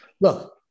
Look